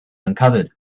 uncovered